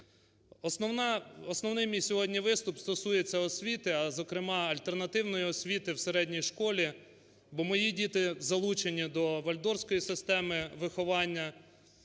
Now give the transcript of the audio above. Основний мій сьогодні виступ стосується освіти, а зокрема альтернативної освіти в середній школі, бо мої діти залучені до Вальдорфської системи виховання.